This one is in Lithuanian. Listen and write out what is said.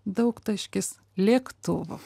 daugtaškis lėktuvų